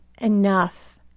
enough